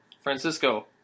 Francisco